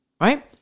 Right